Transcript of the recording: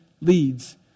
leads